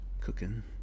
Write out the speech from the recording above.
cooking